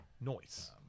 Noise